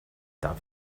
darf